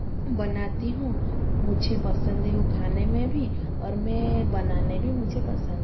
बनाती हूँ मुझे पसंद है वो खाने में भी और मैं बनाने में भी मुझे पसंद है